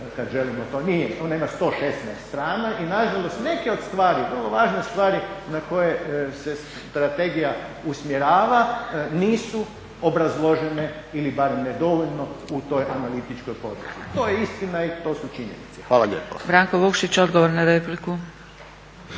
ne čuje./ … ona ima 116 strana i nažalost neke od stvari, važne stvari na koje se strategija usmjerava nisu obrazložene ili barem ne dovoljno u toj analitičkoj podlozi, to je istina i to su činjenice. Hvala lijepo.